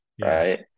right